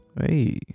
Hey